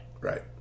Right